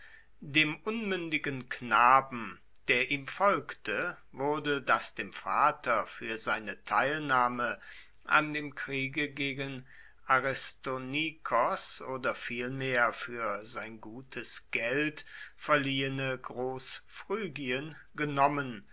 dem unmündigen knaben der ihm folgte wurde das dem vater für seine teilnahme an dem kriege gegen aristonikos oder vielmehr für sein gutes geld verliehene großphrygien genommen